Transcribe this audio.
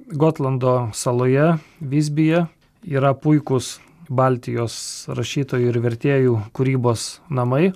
gotlando saloje visbyje yra puikūs baltijos rašytojų ir vertėjų kūrybos namai